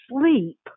sleep